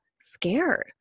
scared